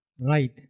Right